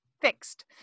Fixed